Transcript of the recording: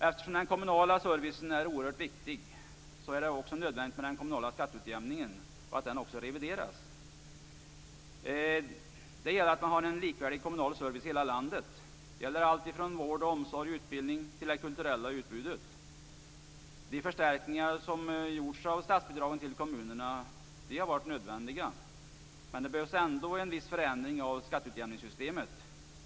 Eftersom den kommunala servicen är oerhört viktig är det också nödvändigt att den kommunala skatteutjämningen revideras så att det blir någorlunda likvärdiga möjligheter till en bra kommunal service i hela landet. Det gäller allt ifrån vård och omsorg till utbildning och det kulturella utbudet. Det förstärkningar som har gjorts av statsbidragen till kommunerna har varit nödvändiga, men det behövs ändå en viss förändring av skatteutjämningssystemet.